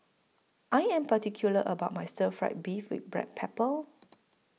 I Am particular about My Stir Fried Beef with Black Pepper